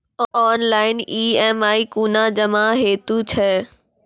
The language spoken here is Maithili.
ऑनलाइन ई.एम.आई कूना जमा हेतु छै?